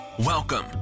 Welcome